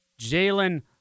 Jalen